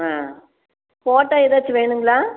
ஆ photo ஏதாச்சும் வேணுங்களா